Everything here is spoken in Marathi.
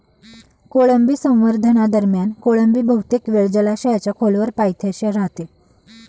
कोळंबी संवर्धनादरम्यान कोळंबी बहुतेक वेळ जलाशयाच्या खोलवर पायथ्याशी राहते